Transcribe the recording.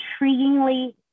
intriguingly